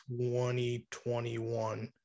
2021